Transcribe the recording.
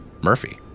Murphy